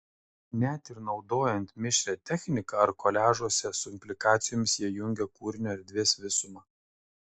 net ir naudojant mišrią techniką ar koliažuose su implikacijomis jie jungia kūrinio erdvės visumą